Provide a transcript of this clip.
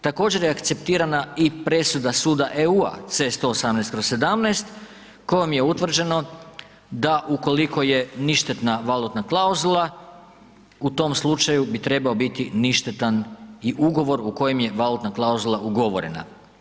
Također je akceptirana i presuda suda EU-aC-118/17 kojom je utvrđeno da ukoliko je ništetna valutna klauzula, u tom slučaju bi trebao biti ništetan i ugovor u kojem je valutna klauzula ugovorena.